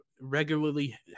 regularly